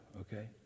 okay